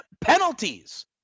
penalties